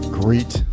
great